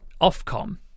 Ofcom